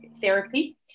therapy